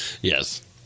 Yes